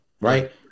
Right